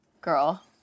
Girl